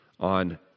On